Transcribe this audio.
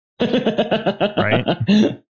Right